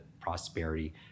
prosperity